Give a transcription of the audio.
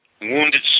Wounded